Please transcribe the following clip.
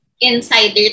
insider